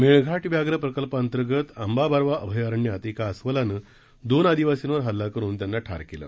मेळघा व्याघ्र प्रकल्पांतर्गत अंबाबारवा अभयारण्यात एका अस्वलानं दोन आदिवासींवर हल्ला करून त्यांना ठार केलं